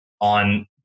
on